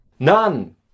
none